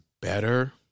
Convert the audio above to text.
better